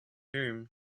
whom